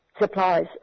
supplies